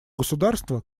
государства